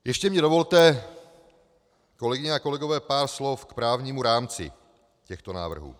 Ještě mně dovolte, kolegyně a kolegové, pár slov k právnímu rámci těchto návrhů.